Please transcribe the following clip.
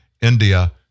India